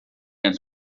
ens